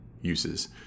uses